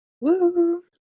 Woo